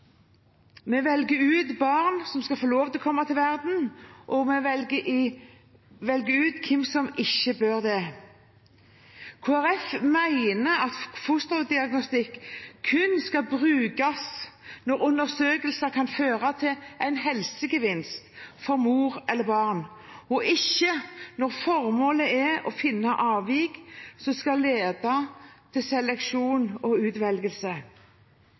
Vi velger ut barn som skal få lov til å komme til verden, og vi velger ut hvem som ikke bør det. Kristelig Folkeparti mener at fosterdiagnostikk kun skal brukes når undersøkelser kan føre til en helsegevinst for mor eller barn, og ikke når formålet er å finne avvik som skal lede til seleksjon og utvelgelse.